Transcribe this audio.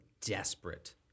desperate